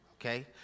okay